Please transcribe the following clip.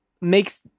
makes